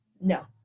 no